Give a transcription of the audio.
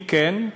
אם כן,